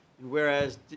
Whereas